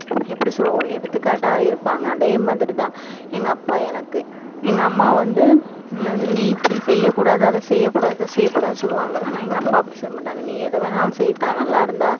எப்படி சொல்கிறது ஒரு எடுத்துக்காட்டாக இருப்பாங்கள் அதே மாதிரி தான் எங்கள் அப்பா எனக்கு எங்கள் அம்மா வந்து நீ இப்படி செய்யக்கூடாது அதை செய்யக்கூடாது இது செய்யக்கூடாதுன்னு சொல்லுவாங்கள் ஆனால் எங்கள் அப்பா அப்படி சொல்லமாட்டாங்கள் நீ எதை வேணாலும் செய்யித்தா நல்லாயிருந்தால்